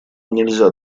нельзя